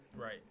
Right